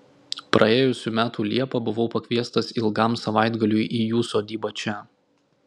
praėjusių metų liepą buvau pakviestas ilgam savaitgaliui į jų sodybą čia